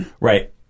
right